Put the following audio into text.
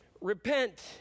Repent